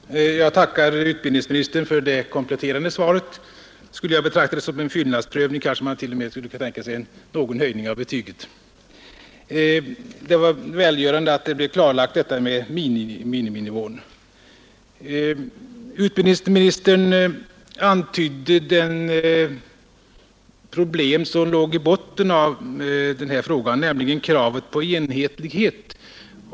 Herr talman! Jag tackar utbildningsministern för det kompletterande svaret. Skulle jag betrakta det som en fyllnadsprövning kanske man t.o.m. kunde tänka sig någon höjning av betyget. Det var välgörande att det blev klarlagt detta med miniminivå. Utbildningsministern antydde de problem som läg i botten av den här frågan, nämligen kravet på enhetlighet.